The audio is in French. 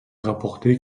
rapporté